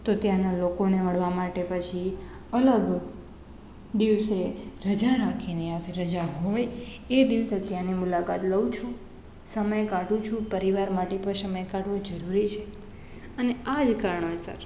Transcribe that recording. તો ત્યાંનાં લોકોને મળવાં માટે પછી અલગ દિવસે રજા રાખી ને યા ફીર રજા હોય એ દિવસે ત્યાંની મુલાકાત લઉં છું સમય કાઢું છું પરિવાર માટે પણ સમય કાઢવો જરૂરી છે અને આજ કારણોસર